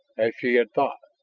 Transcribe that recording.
as she had thought.